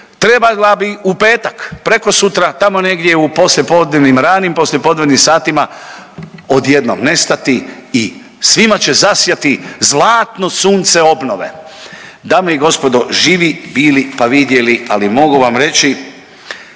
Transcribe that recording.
trebala bi u petak, prekosutra, tamo negdje u poslijepodnevnim, ranim poslijepodnevnim satima odjednom nestati i svima će zasjati zlatno sunce obnove. Dame i gospodo, živi bili pa vidjeli, ali mogu vam reći